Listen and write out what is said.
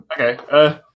Okay